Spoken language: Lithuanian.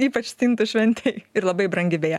ypač stintų šventėj ir labai brangi beje